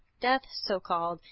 death, so called,